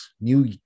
new